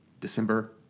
December